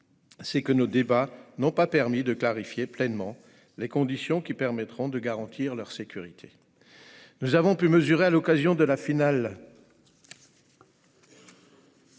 c'est que nos débats n'ont pas permis de clarifier pleinement les conditions qui permettront de garantir leur sécurité. Nous avons pu mesurer, à l'occasion de la finale